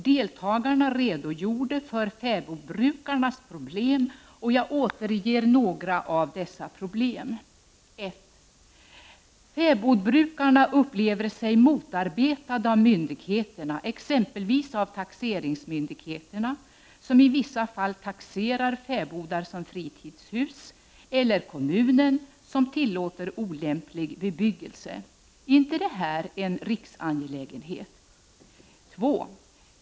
Deltagarna redogjorde för fäbodbrukarnas problem, och jag återger några av dessa problem: —- Fäbodbrukarna upplever sig motarbetade av myndigheterna, exempelvis av taxeringsmyndigheterna, som i vissa fall taxerar fäbodar som fritidshus, eller kommunen, som tillåter olämplig bebyggelse. Är inte detta en riksangelägenhet?